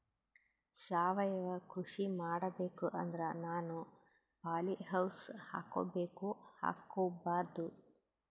ಸಾವಯವ ಕೃಷಿ ಮಾಡಬೇಕು ಅಂದ್ರ ನಾನು ಪಾಲಿಹೌಸ್ ಹಾಕೋಬೇಕೊ ಹಾಕ್ಕೋಬಾರ್ದು?